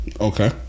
Okay